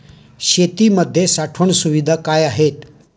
शेतीमध्ये साठवण सुविधा काय आहेत?